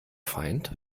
feind